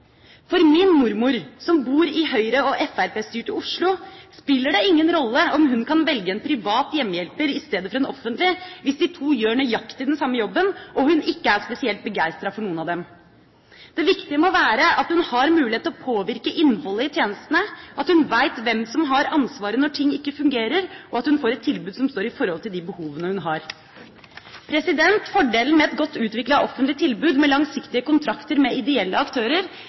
For min mormor, som bor i høyre- og fremskrittspartistyrte Oslo, spiller det ingen rolle om hun kan velge en privat hjemmehjelper i stedet for en offentlig, hvis de to gjør nøyaktig den samme jobben og hun ikke er spesielt begeistret for noen av dem. Det viktige må være at hun har mulighet til å påvirke innholdet i tjenestene, at hun vet hvem som har ansvaret når ting ikke fungerer, og at hun får et tilbud som står i forhold til de behovene hun har. Fordelen med et godt utviklet offentlig tilbud, med langsiktige kontrakter med ideelle aktører,